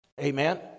amen